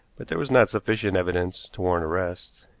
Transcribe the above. but there was not sufficient evidence to warrant arrest.